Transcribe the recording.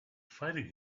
fighting